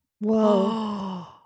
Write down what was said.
Whoa